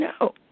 no